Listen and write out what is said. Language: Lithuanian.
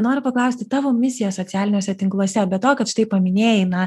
noriu paklausti tavo misija socialiniuose tinkluose be to kad štai paminėjai na